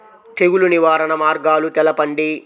తెగులు నివారణ మార్గాలు తెలపండి?